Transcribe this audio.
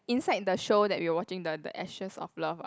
inside the show that we were watching the the ashes of love ah